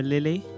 Lily